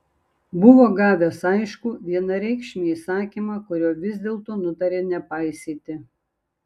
buvo gavęs aiškų vienareikšmį įsakymą kurio vis dėlto nutarė nepaisyti